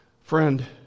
friend